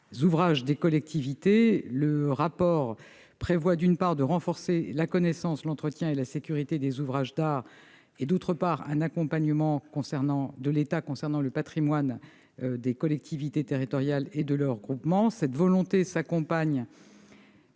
parole est à Mme la ministre. Le rapport annexé prévoit, d'une part, de renforcer la connaissance, l'entretien et la sécurité des ouvrages d'art, et, d'autre part, un accompagnement de l'État concernant le patrimoine des collectivités territoriales et de leurs groupements. Cet accompagnement